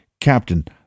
Captain